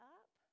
up